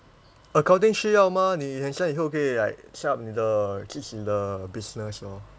accounting 需要嘛你很像以后可以 like set up 你的 in the business lor